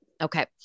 Okay